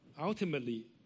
ultimately